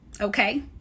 Okay